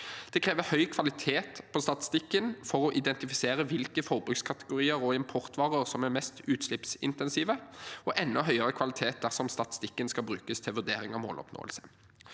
Det krever høy kvalitet på statistikken for å identifisere hvilke forbrukskategorier og importvarer som er mest utslippsintensive, og enda høyere kvalitet dersom statistikken skal brukes til vurdering av måloppnåelse.